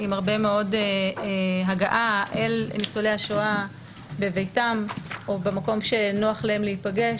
עם הרבה מאוד הגעה אל ניצולי השואה בביתם או במקום שנוח להם להיפגש.